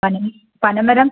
പനി പനമരം